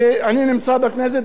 אחר כך,